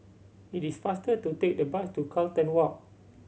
it is faster to take the bus to Carlton Walk